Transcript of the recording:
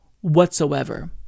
whatsoever